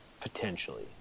Potentially